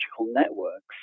networks